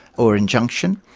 or injunction,